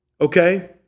Okay